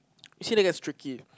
you see that gets tricky